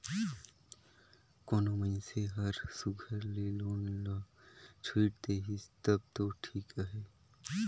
कोनो मइनसे हर सुग्घर ले लोन ल छुइट देहिस तब दो ठीक अहे